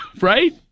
right